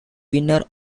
winner